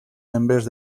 membres